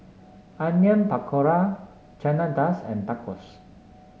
Onion Pakora Chana and Tacos